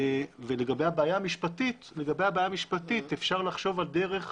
ולגבי הבעיה המשפטית אפשר לחשוב על דרך